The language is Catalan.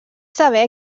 saber